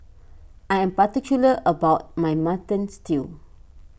I am particular about my Mutton Stew